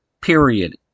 period